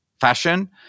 fashion